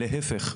להיפך,